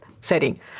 setting